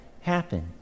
happen